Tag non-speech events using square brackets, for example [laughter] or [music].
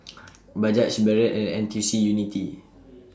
[noise] Bajaj Barrel and N T C Unity [noise]